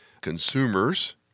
consumers